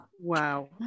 Wow